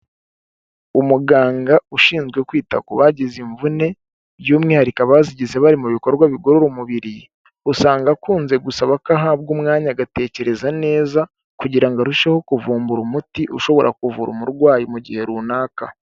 Umuganga ushinzwe kwita ku bagize imvune, by'umwihariko abazigize bari mu bikorwa bigorora umubiri, usanga akunze gusaba ko ahabwa umwanya agatekereza neza, kugira ngo arusheho kuvumbura umuti ushobora kuvura umurwayi mu gihe runaka.